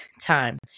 time